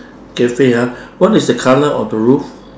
cafe ah what is the colour of the roof